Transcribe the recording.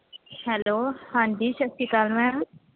hello ਹਾਂਜੀ ਸਤਿ ਸ਼੍ਰੀ ਅਕਾਲ ਮੈਮ